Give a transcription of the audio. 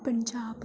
Punjab